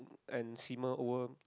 and steamer over